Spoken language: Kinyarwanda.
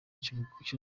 cy’ubugande